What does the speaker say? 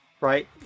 right